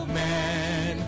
man